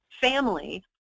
family